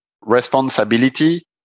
responsibility